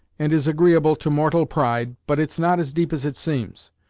and is agreeable to mortal pride, but it's not as deep as it seems.